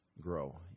Grow